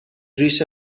ریش